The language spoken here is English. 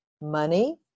money